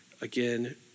again